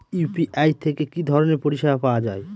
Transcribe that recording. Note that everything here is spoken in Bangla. ইউ.পি.আই থেকে কি ধরণের পরিষেবা পাওয়া য়ায়?